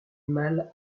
mal